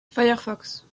firefox